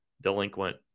delinquent